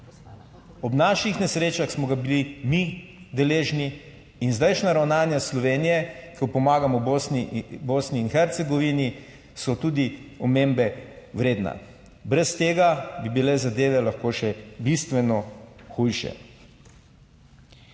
Ob naših nesrečah smo ga bili mi deležni in zdajšnja ravnanja Slovenije, ko pomagamo Bosni in Hercegovini, so tudi omembe vredna. Brez tega bi bile zadeve lahko še bistveno hujše.